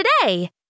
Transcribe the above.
today